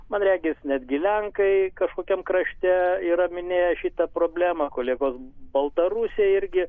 man regis netgi lenkai kažkokiam krašte yra minėję šitą problemą kolegos baltarusiai irgi